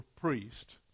priest